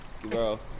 bro